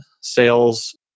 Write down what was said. sales